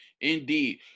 Indeed